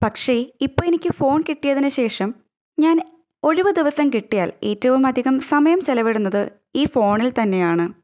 പക്ഷെ ഇപ്പോൾ എനിക്ക് ഫോൺ കിട്ടിയതിനു ശേഷം ഞാൻ ഒഴിവു ദിവസം കിട്ടിയാൽ ഏറ്റവും അധികം സമയംചിലവിടുന്നത് ഈ ഫോണിൽ തന്നെയാണ്